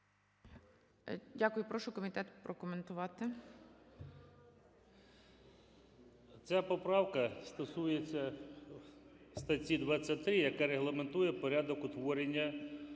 Прошу комітет прокоментувати.